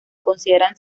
considera